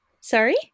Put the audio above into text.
Sorry